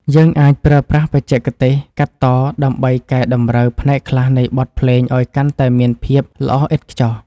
យើងអាចប្រើប្រាស់បច្ចេកទេសកាត់តដើម្បីកែតម្រូវផ្នែកខ្លះនៃបទភ្លេងឱ្យកាន់តែមានភាពល្អឥតខ្ចោះ។